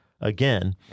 again